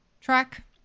track